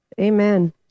Amen